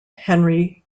henry